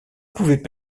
pouvaient